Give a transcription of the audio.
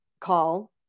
call